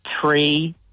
three